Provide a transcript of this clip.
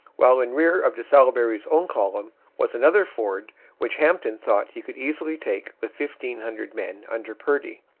while in rear of de salaberry's own column was another ford which hampton thought he could easily take with fifteen hundred men under purdy,